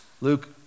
Luke